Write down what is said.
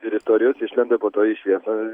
ir istorijos išlenda po to į šviesą